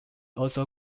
also